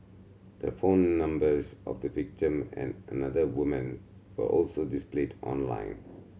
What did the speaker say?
the phone numbers of the victim and another woman were also displayed online